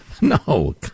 No